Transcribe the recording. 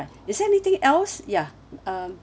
is there anything else ya um